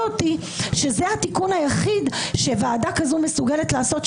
אותי שזה התיקון היחיד שוועדה כזו מסוגלת לעשות.